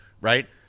right